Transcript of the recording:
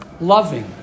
loving